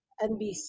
NBC